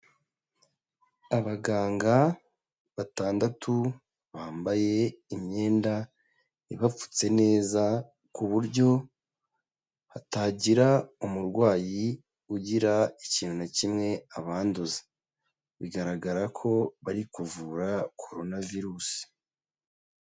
Abaganga batandatu, bambaye imyenda ibapfutse neza ku buryo hatagira umurwayi ugira ikintu na kimwe abanduza. Bigaragara ko bari kuvura Coronavirus.